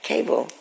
Cable